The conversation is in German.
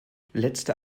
letzte